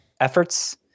efforts